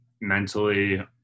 mentally